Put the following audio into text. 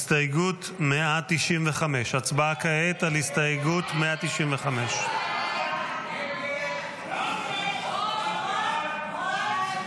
195. הסתייגות 195. הצבעה כעת על הסתייגות 195. הסתייגות 195 לא נתקבלה.